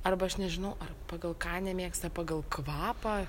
arba aš nežinau ar pagal ką nemėgsta pagal kvapą